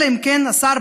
אלא אם כן השר,